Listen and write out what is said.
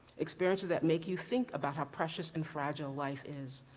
experiences that make you think about how precious and fragile life is.